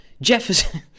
Jefferson